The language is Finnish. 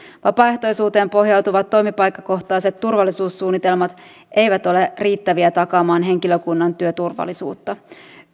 vapaaehtoisuuteen pohjautuvat toimipaikkakohtaiset turvallisuussuunnitelmat eivät ole riittäviä takaamaan henkilökunnan työturvallisuutta